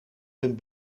een